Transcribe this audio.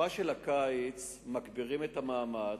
בתקופה של הקיץ מגבירים את המאמץ,